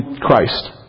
Christ